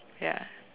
ya